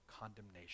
condemnation